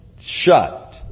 shut